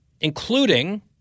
including